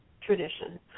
tradition